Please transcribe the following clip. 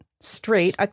straight